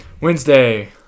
Wednesday